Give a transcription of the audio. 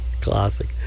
classic